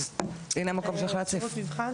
הנה המקום שלך להציג.